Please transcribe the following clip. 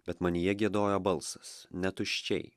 bet manyje giedojo balsas netuščiai